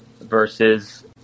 versus